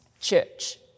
church